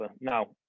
Now